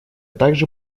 также